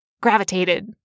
gravitated